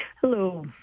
hello